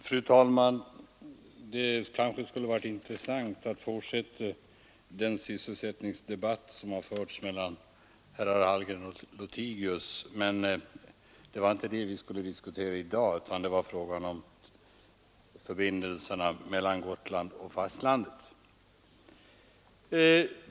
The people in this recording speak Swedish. Fru talman! Det skulle kanske ha varit intressant att fortsätta den sysselsättningsdebatt som har förts mellan herrar Hallgren och Lothigius, men det är inte sysselsättningen vi skall diskutera i dag utan förbindelserna mellan Gotland och fastlandet.